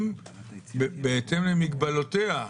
בהתאם למגבלותיה,